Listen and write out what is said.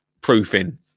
proofing